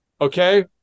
Okay